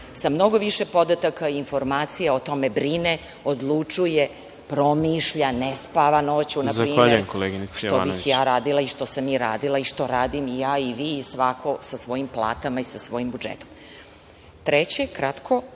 sa mnogo više podataka i informacija o tome brine, odlučuje, promišlja, ne spava noću, na primer, što bih ja radila, i što sam radila i što radim i ja i vi i svako sa svojim platama i sa svojim budžetom. Treće, o